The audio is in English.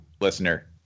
listener